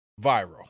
viral